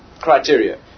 criteria